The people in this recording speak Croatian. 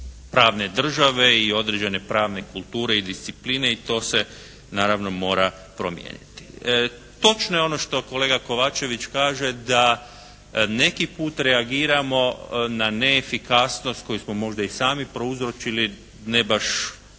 pravne države i određene pravne kulture i discipline i to se naravno mora promijeniti. Točno je ono što kolega Kovačević kaže da neki put reagiramo na neefikasnost koju smo možda i sami prouzročili ne baš